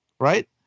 right